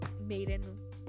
maiden